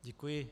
Děkuji.